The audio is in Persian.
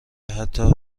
حتی